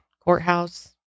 courthouse